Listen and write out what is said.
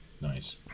Nice